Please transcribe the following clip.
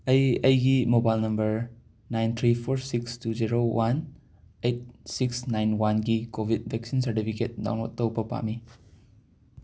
ꯑꯩ ꯑꯩꯒꯤ mobile number nine three four six two zero one eight six nine ꯋꯥꯟꯒꯤ ꯀꯣꯕꯤꯠ ꯕꯦꯛꯁꯤꯟ ꯁꯔꯗꯤꯕꯤꯒꯦꯠ ꯗꯥꯎꯟꯂꯣꯠ ꯇꯧꯕ ꯄꯥꯝꯃꯤ